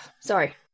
sorry